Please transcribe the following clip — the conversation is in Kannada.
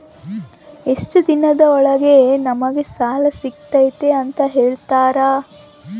ಎಷ್ಟು ದಿನದ ಒಳಗೆ ನಮಗೆ ಸಾಲ ಸಿಗ್ತೈತೆ ಅಂತ ಹೇಳ್ತೇರಾ?